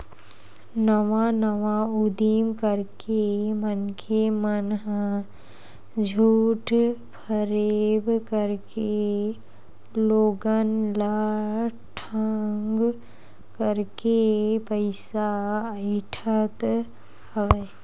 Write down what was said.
नवा नवा उदीम करके मनखे मन ह झूठ फरेब करके लोगन ल ठंग करके पइसा अइठत हवय